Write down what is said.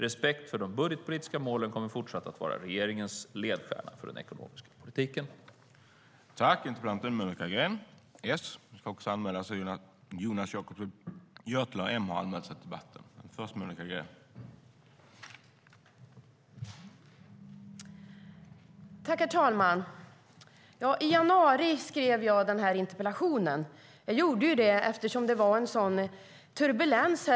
Respekt för de budgetpolitiska målen kommer fortsatt att vara regeringens ledstjärna för den ekonomiska politiken.